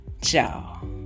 Ciao